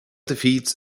defeats